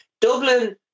Dublin